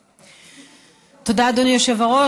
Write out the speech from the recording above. תודה, אדוני היושב-ראש.